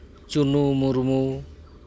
Chunu Murmu